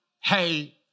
hey